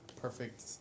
perfect